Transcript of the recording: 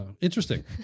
Interesting